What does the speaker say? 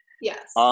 Yes